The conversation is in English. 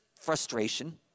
frustration